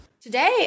Today